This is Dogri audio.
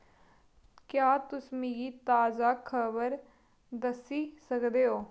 क्या तुस मिगी ताजा खबर दस्सी सकदे ओ